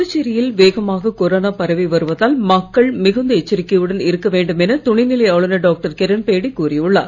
புதுச்சேரியில் வேகமாக கொரோனா பரவி வருவதால் மக்கள் மிகுந்த எச்சரிக்கையுடன் இருக்க வேண்டும் என துணைநிலை ஆளுநர் டாக்டர் கிரண்பேடி கூறியுள்ளார்